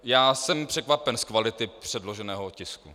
Já jsem překvapen z kvality předloženého tisku.